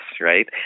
right